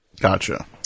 Gotcha